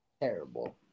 Terrible